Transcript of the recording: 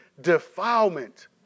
defilement